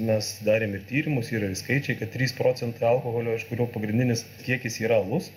mes darėm ir tyrimus yra ir skaičiai kad trys procentai alkoholio iš kurio pagrindinis kiekis yra alus